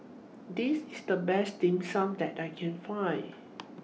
This IS The Best Dim Sum that I Can Find